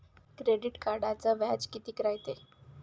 Credit कार्डचं व्याज कितीक रायते?